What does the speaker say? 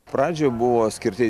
pradžioj buvo skirti